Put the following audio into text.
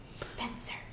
Spencer